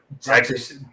Texas